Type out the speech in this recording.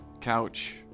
couch